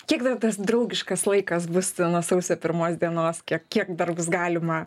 kiek dar tas draugiškas laikas bus nuo sausio pirmos dienos kiek kiek dar bus galima